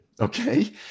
Okay